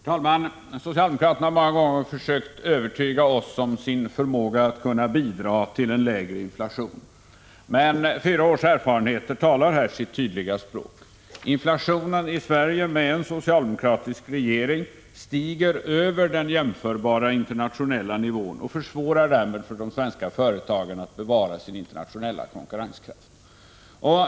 Herr talman! Socialdemokraterna har många gånger försökt övertyga oss om sin förmåga att bidra till en lägre inflation. Men fyra års erfarenhet talar sitt tydliga språk. Inflationen i Sverige med en socialdemokratisk regering stiger över den jämförbara internationella nivån och försvårar därmed för de svenska företagen att bevara sin internationella konkurrenskraft.